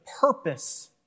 purpose